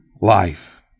life